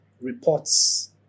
reports